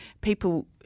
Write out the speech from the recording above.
people